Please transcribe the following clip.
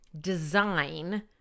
design